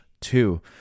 Two